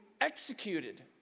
executed